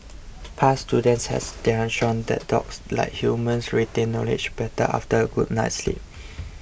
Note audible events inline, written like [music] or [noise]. past [unintelligible] has shown that dogs like humans retain knowledge better after a good night's sleep